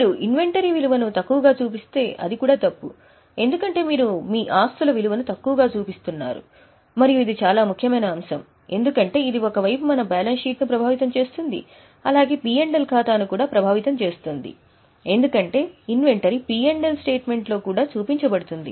మీరు ఇన్వెంటరీ విలువను తక్కువగా చూపిస్తే అది కూడా తప్పు ఎందుకంటే మీరు మీ ఆస్తుల విలువను తక్కువగా చూపిస్తున్నారు మరియు ఇది చాలా ముఖ్యమైన అంశం ఎందుకంటే ఇది ఒక వైపు మన బ్యాలెన్స్ షీట్ ను ప్రభావితం చేస్తుంది అలాగే పి ఎల్ ఖాతాను కూడా ప్రభావితం చేస్తుంది ఎందుకంటే inventory P L statement లో కూడా చూపించబడుతుంది